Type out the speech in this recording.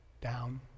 down